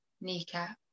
kneecap